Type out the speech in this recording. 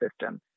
system